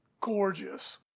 gorgeous